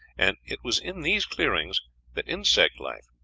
and it was in these clearings that insect life,